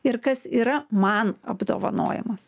ir kas yra man apdovanojimas